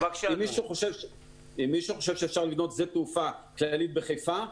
אם מישהו חושב שאפשר לבנות שדה תעופה כללי בחיפה,